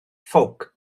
ffowc